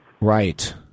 Right